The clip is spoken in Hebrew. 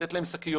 לתת להם שקיות,